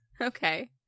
okay